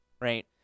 right